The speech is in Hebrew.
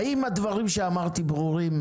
האם הדברים שאמרתי ברורים,